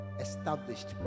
established